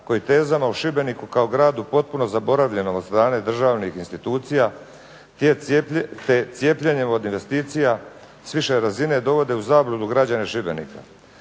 koji tezama o Šibeniku kao gradu potpuno zaboravljenom od strane državnih institucija, gdje se cijepljenjem od investicija s više razine dovode u zabludu građani Šibenika.